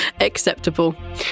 Acceptable